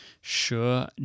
Sure